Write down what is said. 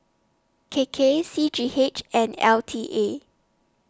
K K C G H and L T A